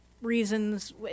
reasons